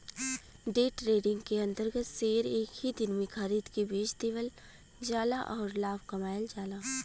day trading के अंतर्गत share एक ही दिन में खरीद के बेच देवल जाला आउर लाभ कमायल जाला